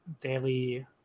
daily